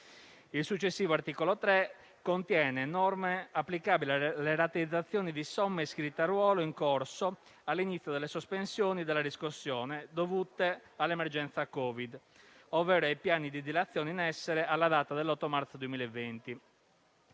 Il successivo articolo 3 contiene norme applicabili alle rateizzazioni di somme iscritte a ruolo in corso all'inizio delle sospensioni della riscossione dovute all'emergenza Covid, ovvero ai piani di dilazione in essere alla data dell'8 marzo 2020.